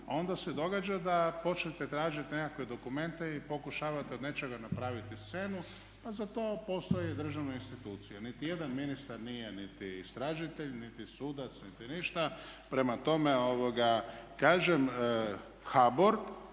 onda se događa da počnete tražiti nekakve dokumente i pokušavate od nečega napraviti scenu, pa za to postoje i državne institucije. Niti jedan ministar nije niti istražitelj, niti sudac, niti ništa. Prema tome, kažem HBOR